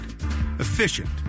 efficient